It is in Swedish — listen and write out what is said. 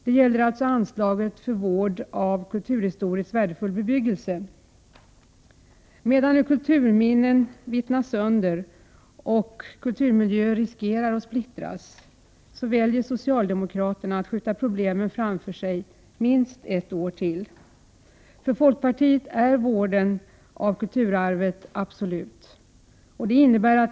Det gäller alltså anslaget för vård av kulturhistoriskt värdefull bebyggelse. Medan kulturminnen vittrar sönder och kulturmiljöer riskerar att splittras väljer socialdemokraterna att skjuta problemen framför sig minst ett år till. För oss i folkpartiet är vården av kulturarvet ett absolut krav.